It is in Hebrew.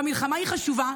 והמלחמה היא חשובה,